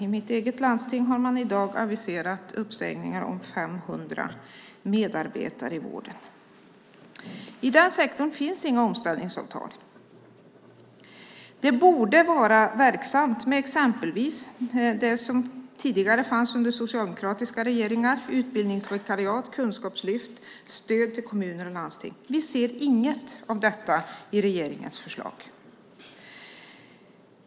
I mitt eget landsting har man i dag aviserat uppsägningar av 500 medarbetare i vården. I den sektorn finns inga omställningsavtal. Det borde vara verksamt med exempelvis det som tidigare fanns under socialdemokratiska regeringar: utbildningsvikariat, kunskapslyft och stöd till kommuner och landsting. Vi ser inget av detta i regeringens förslag.